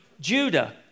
Judah